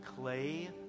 clay